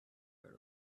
heard